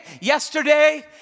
yesterday